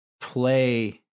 play